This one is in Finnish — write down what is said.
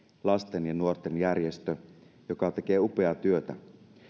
lasten ja nuorten järjestö joka tekee upeaa työtä